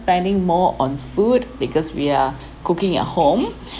spending more on food because we are cooking at home